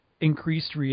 increased